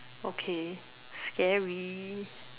okay scary